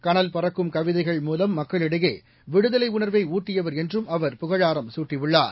கனல் பறக்கும் கவிதைகள் மூலம் மக்களிடையே விடுதலை உணர்வை ஊட்டியவர் என்று அவர் புகழாரம் சூட்டியுள்ளார்